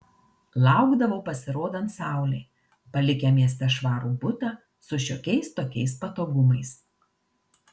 laukdavo pasirodant saulei palikę mieste švarų butą su šiokiais tokiais patogumais